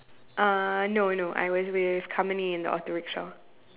uh no no I was with Harmony in the auto rickshaw